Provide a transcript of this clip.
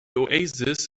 oasis